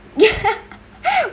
ppl